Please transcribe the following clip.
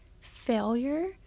failure